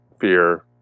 fear